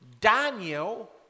Daniel